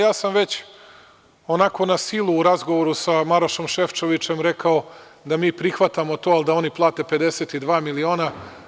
Ja sam već onako na silu, u razgovoru sa Marošom Šefčovičem rekao da mi prihvatamo to da oni plate 52 miliona.